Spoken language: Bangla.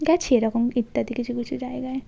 গাছ এরকম ইত্যাদি কিছু কিছু জায়গায়